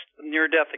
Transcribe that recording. near-death